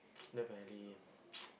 then finally